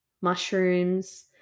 mushrooms